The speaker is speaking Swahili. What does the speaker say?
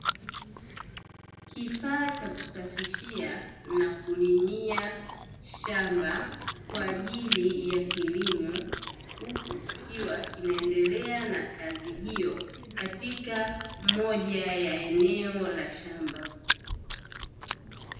Kifaa cha kusafishia na kulimia shamba kwa ajili ya kilimo, huku kikiwa kinaendelea na kazi hiyo katika moja ya eneo la shamba.